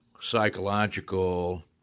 psychological